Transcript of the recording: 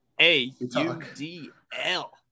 A-U-D-L